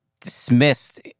dismissed